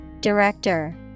Director